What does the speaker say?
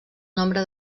nombre